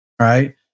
right